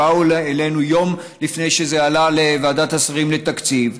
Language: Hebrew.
הם באו אלינו יום לפני שזה עלה לוועדת השרים לתקציב.